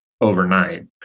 overnight